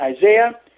Isaiah